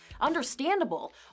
Understandable